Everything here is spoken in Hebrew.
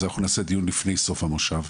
אז אנחנו נעשה דיון לפני סוף המושב,